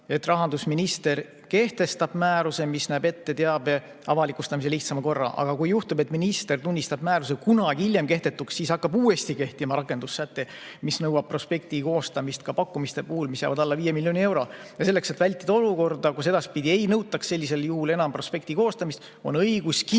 rahandusminister kehtestab määruse, mis näeb ette teabe avalikustamise lihtsama korra. Aga kui juhtub, et minister tunnistab määruse kunagi hiljem kehtetuks, siis hakkab uuesti kehtima rakendussäte, mis nõuab prospekti koostamist pakkumiste puhul, mis jäävad alla 5 miljoni euro. Selleks, et vältida olukorda, kus edaspidi ei nõutaks sellisel juhul enam prospekti koostamist, on õiguskindlam